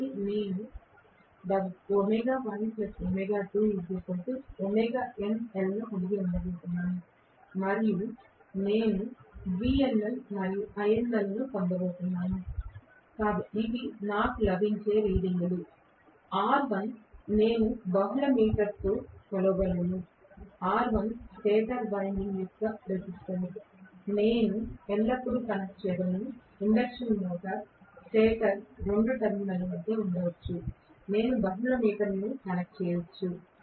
కాబట్టి ఇది లోడ్ పరీక్ష కాదు కాబట్టి నేను కలిగి ఉండబోతున్నాను మరియు నేను VNL మరియు INL లను పొందబోతున్నాను ఇవి నాకు లభించే రీడింగులు R1 నేను బహుళ మీటర్తో కొలవగలను R1 స్టేటర్ వైండింగ్ యొక్క నిరోధకత నేను ఎల్లప్పుడూ కనెక్ట్ చేయగలను ఇండక్షన్ మోటార్ స్టేటర్ 2 టెర్మినల్ మధ్య ఉండవచ్చు నేను బహుళ మీటర్ను కనెక్ట్ చేయవచ్చు